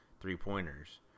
three-pointers